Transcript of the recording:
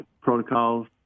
protocols